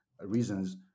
reasons